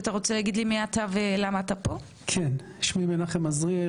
שמי מנחם עזריאל.